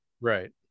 Right